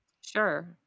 Sure